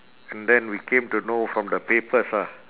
and then we came to know from the papers ah